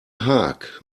haag